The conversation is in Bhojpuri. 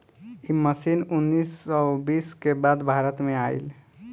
इ मशीन उन्नीस सौ बीस के बाद भारत में आईल